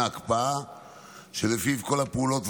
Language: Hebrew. כזכור לכם,